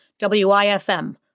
WIFM